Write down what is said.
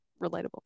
relatable